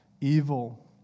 Evil